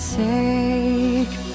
take